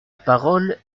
parole